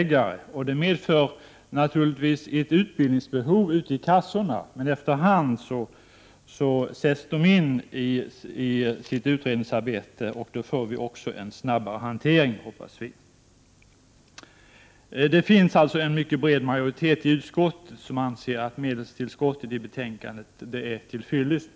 Detta medför naturligtvis ett utbildningsbehov ute i kassorna, men efter hand sätts dessa personer in i sitt utredningsarbete, och vi hoppas att detta kommer att bidra till en snabbare hantering. Det finns således en bred majoritet i utskottet som anser att detta medelstillskott är till fyllest.